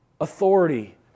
authority